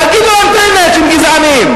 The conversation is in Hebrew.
תגידו להם את האמת שהם גזענים,